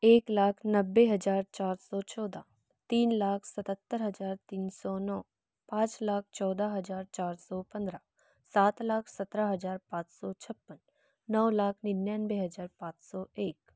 एक लाख नब्बे हज़ार चार सौ चौदह तीन लाख सतहत्तर हज़ार तीन सो नौ पाँच लाख चौदह हज़ार चार सौ पंद्रह सात लाख सत्रह हज़ार पाँच सौ छप्पन नौ लाख निन्यानवे हज़ार पाँच सौ एक